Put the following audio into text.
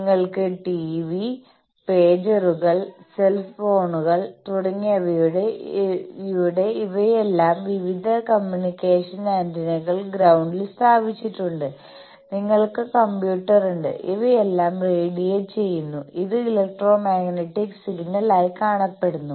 നിങ്ങൾക്ക് ടിവി പേജറുകൾ സെൽ ഫോണുകൾ തുടങ്ങിയവയുണ്ട് ഇവയുടെയെല്ലാം വിവിധ കമ്മ്യൂണിക്കേഷൻ ആന്റിനകൾ ഗ്രൌണ്ടിൽ സ്ഥാപിച്ചിട്ടുണ്ട് നിങ്ങൾക്ക് കമ്പ്യൂട്ടറുണ്ട് ഇവയെല്ലാം റേഡിയേറ്റ് ചെയുന്നു ഇത് ഇലക്ട്രോമാഗ്നെറ്റിക് സിഗ്നൽ ആയി കാണപ്പെടുന്നു